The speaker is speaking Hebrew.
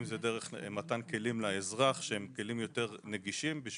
אם זה דרך מתן כלים יותר נגישים לאזרח